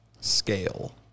Scale